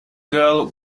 girl